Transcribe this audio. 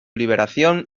liberación